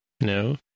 No